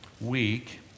week